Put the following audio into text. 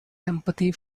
empathy